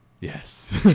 yes